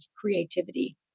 creativity